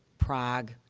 prague,